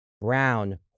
Brown